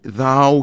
thou